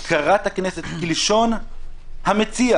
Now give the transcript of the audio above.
הפקרת הכנסת כלשון המציע.